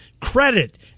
Credit